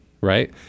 right